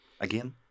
again